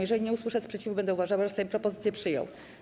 Jeżeli nie usłyszę sprzeciwu, będę uważała, że Sejm propozycję przyjął.